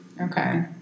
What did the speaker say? Okay